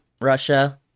Russia